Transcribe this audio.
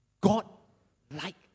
God-like